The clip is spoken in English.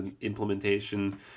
implementation